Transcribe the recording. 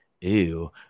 Ew